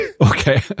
Okay